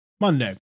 Monday